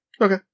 Okay